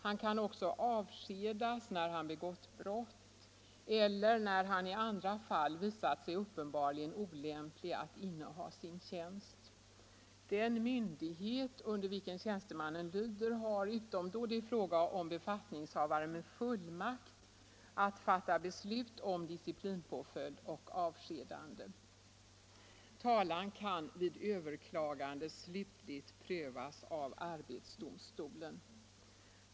Han kan också avskedas när han begått brott eller när han i andra fall visat sig uppenbarligen olämplig att inneha sin tjänst. Den myndighet under vilken tjänstemannen lyder har —- utom då det är fråga om befattningshavare med fullmakt — att fatta beslut om disciplinpåföljd och avskedande. Talan kan vid överklagande slutligt prövas av arbetsdomstolen.